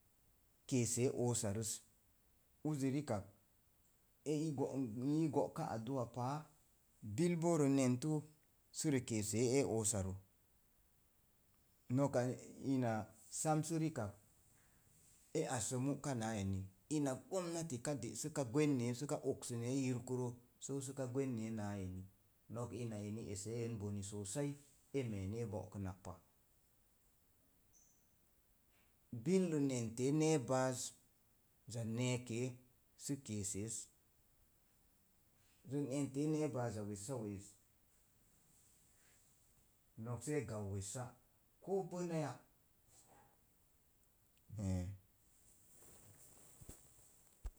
Keesee oosarəz, uzi rikak, e i nii go'ka addu'a pan, bil boo rə nentu sərə keesee ee oosaro. Noka ina sam se rikak e assə mu'kana eni. Ina gomnati ka de’ səka gweenee, səka og sənee yirkaa rə, soo səka gweneen a eni. Nok ina ena esse en bone sosai. E mee ni e bo'kənnaa pa. bil rə nentee nee baaza neekee sə kee seez. Rə nentee neebaaza weccaweez, nok see gan weeca, ko bonaya